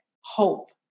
hope